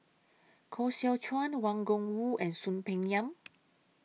Koh Seow Chuan Wang Gungwu and Soon Peng Yam